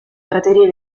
praterie